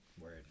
Word